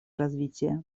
развития